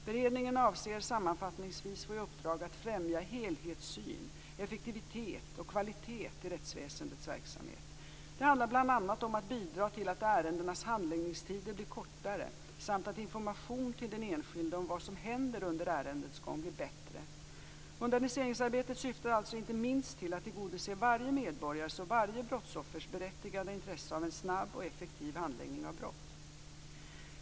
Beredningen avses sammanfattningsvis få i uppdrag att främja helhetssyn, effektivitet och kvalitet i rättsväsendets verksamheter. Det handlar bl.a. om att bidra till att ärendenas handläggningstider blir kortare samt att informationen till den enskilde om vad som händer under ärendets gång blir bättre. Moderniseringsarbetet syftar alltså inte minst till att tillgodose varje medborgares och varje brottsoffers berättigade intresse av en snabb och effektiv handläggning av brott.